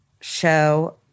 show